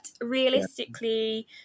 realistically